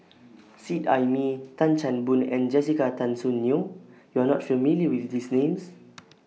Seet Ai Mee Tan Chan Boon and Jessica Tan Soon Neo YOU Are not familiar with These Names